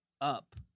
up